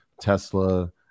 Tesla